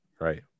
Right